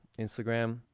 Instagram